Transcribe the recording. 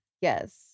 yes